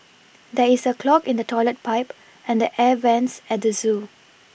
there is a clog in the toilet pipe and the air vents at the zoo